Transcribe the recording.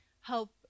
help